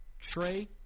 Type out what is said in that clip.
Trey